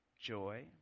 joy